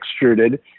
extruded